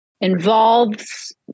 involves